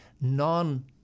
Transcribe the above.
non